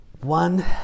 One